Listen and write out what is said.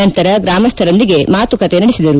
ನಂತರ ಗ್ರಾಮಸ್ಥರೊಂದಿಗೆ ಮಾತುಕತೆ ನಡೆಸಿದರು